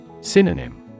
Synonym